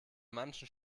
manchen